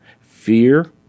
Fear